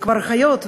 וכבר חיות,